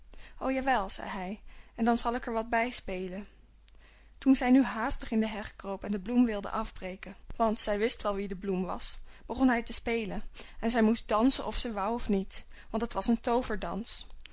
o jawel zei hij en dan zal ik er wat bij spelen toen zij nu haastig in de heg kroop en de bloem wilde afbreken want zij wist wel wie die bloem was begon hij te spelen en zij moest dansen of ze wou of niet want het was een